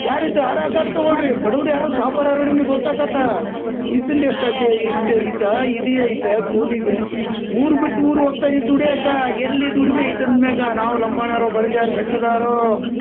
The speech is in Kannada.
ಯಾರಿದ ಆಧಾರ್ ಕಾರ್ಡ್ ತಗೋಳ್ ರೀ ಬಡುವ್ರ ಯಾರು ಸಾವ್ಕಾರ ಯಾರು ನಿಮಗ್ ಗೊತ್ತು ಆಕತ ಇಂತಿಂಥದ್ ಎಷ್ಟು ಐತಿ ಇಷ್ಟು ಐತ ಇದು ಐತ ಕೂಲಿಗೆ ಊರು ಬಿಟ್ಟು ಊರು ಹೋಗ್ತಾರ ಈ ದುಡಿಯಾಕ ಎಲ್ಲಿ ದುಡಿಮೆ ಐತ ಅಂದ್ಮ್ಯಾಗ ನಾವು ಲಂಬಾಣಿಯವರು ಬಡಿಗ್ಯಾರ ಸಂಘದವ್ರೂ